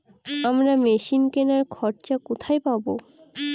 আমরা মেশিন কেনার খরচা কোথায় পাবো?